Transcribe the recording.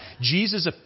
Jesus